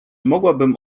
mogłabym